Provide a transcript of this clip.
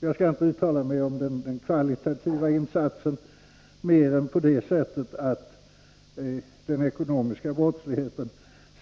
Jag skall inte uttala mig mer om den kvalitativa insatsen än att säga att den ekonomiska brottsligheten